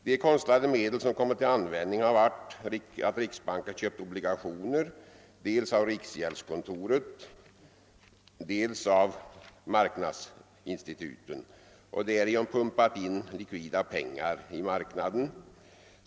De konstlade medel som kommit till användning har varit att riksbanken köpt obligationer, dels av riksgäldskontoret, dels av marknadsinstituten och därigenom pumpat in likvida pengar i marknaden.